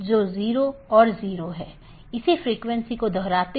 जिसे हम BGP speaker कहते हैं